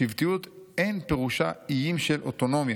שבטיות אין פירושה איים של אוטונומיה,